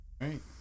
Right